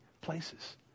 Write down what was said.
places